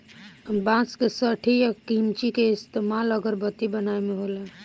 बांस के सठी आ किमची के इस्तमाल अगरबत्ती बनावे मे होला